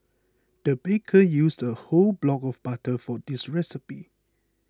the baker used a whole block of butter for this recipe